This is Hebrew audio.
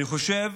אני חושב